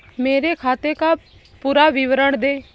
मेरे खाते का पुरा विवरण दे?